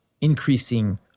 increasing